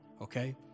Okay